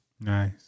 Nice